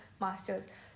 master's